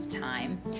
time